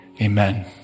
Amen